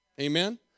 Amen